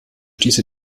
diese